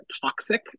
toxic